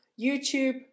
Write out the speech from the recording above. YouTube